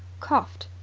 coughed.